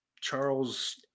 Charles